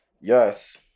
Yes